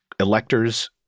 electors